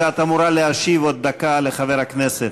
שאת אמורה להשיב עוד דקה לחבר הכנסת?